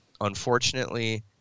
Unfortunately